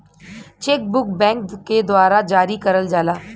check book bank के द्वारा जारी करल जाला